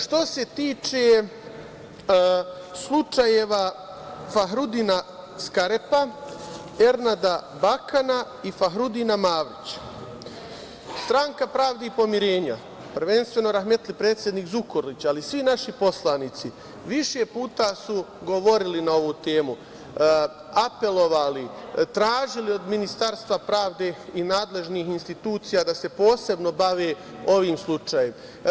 Što se tiče slučajeva Fahrudina Skarepa, Ernada Bakana i Fahrudina Mavrića, Stranka pravde i pomirenja, prvenstveno rahmetli predsednik Zukorlić, ali i svi naši poslanici više puta su govorili na ovu temu, apelovali, tražili od Ministarstva pravde i nadležnih institucija da se posebno bave ovim slučajem.